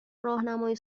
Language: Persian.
راهنمای